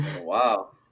Wow